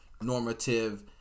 normative